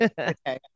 okay